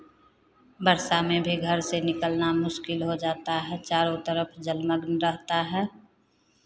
वर्षा में भी घर से निकलना मुश्किल हो जाता है चारों तरफ जलमग्न रहता है